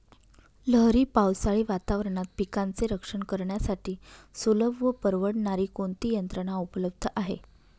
लहरी पावसाळी वातावरणात पिकांचे रक्षण करण्यासाठी सुलभ व परवडणारी कोणती यंत्रणा उपलब्ध आहे?